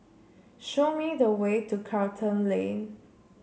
show me the way to Charlton Lane